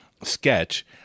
sketch